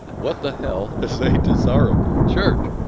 what the hell is a desirable church?